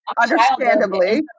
Understandably